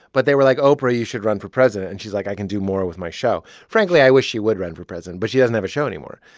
but they were like, oprah, you should run for president, and she's like, i can do more with my show. frankly, i wish she would run for president, but she doesn't have a show anymore.